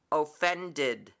offended